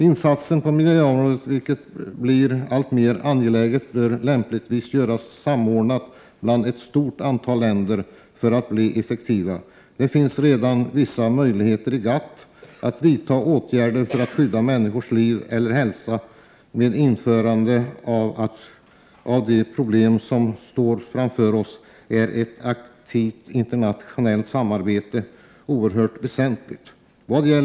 Insatser på miljöområdet, som blir alltmer angelägna, bör lämpligen samordnas mellan ett stort antal länder för att bli effektiva. Det finns redan vissa möjligheter att inom ramen för GATT vidta åtgärder för att skydda människors liv och hälsa. Ett aktivt internationellt samarbete är oerhört väsentligt när det gäller att lösa de problem vi står inför.